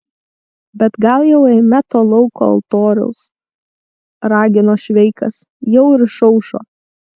bet gal jau eime to lauko altoriaus ragino šveikas jau ir išaušo